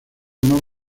más